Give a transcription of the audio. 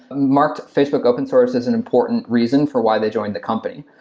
marked facebook open source as an important reason for why they joined the company.